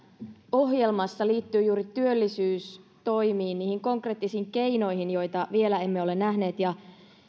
ohjelmassa liittyy juuri työllisyystoimiin niihin konkreettisiin keinoihin joita vielä emme ole nähneet ja